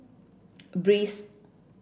breeze